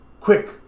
Quick